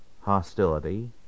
hostility